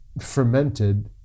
fermented